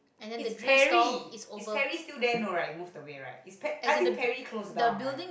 it's Perry is Perry still there no right it moved away right is Pe~ I think Perry closed down right